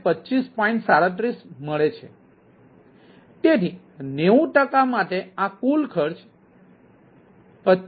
37 છે તેથી 90 ટકા માટે આ કુલ ખર્ચ 25